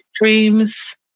dreams